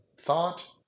thought